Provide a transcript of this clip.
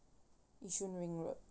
yishun ring road